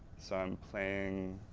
so i'm playing,